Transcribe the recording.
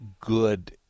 good